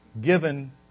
given